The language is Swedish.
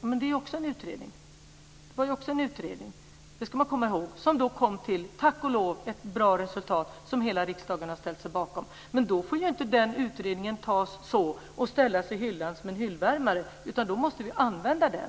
Men det var ju också en utredning! Det ska vi komma ihåg. Den kom tack och lov fram till ett bra resultat som hela riksdagen har ställt sig bakom. Men utredningsbetänkandet får inte ställas i hyllan som en hyllvärmare, utan vi måste använda det.